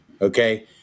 okay